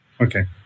Okay